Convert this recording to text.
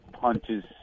punches